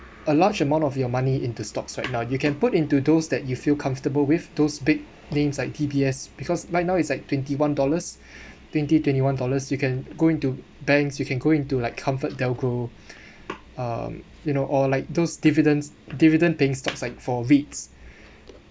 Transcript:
a large amount of your money into stocks right now you can put into those that you feel comfortable with those big names like D_B_S because right now it's like twenty one dollars twenty twenty one dollars you can go into banks you can go into like Comfortdelgro um you know all like those dividends dividend paying stocks like for REITS